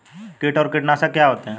कीट और कीटनाशक क्या होते हैं?